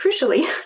crucially